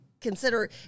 consider